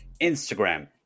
Instagram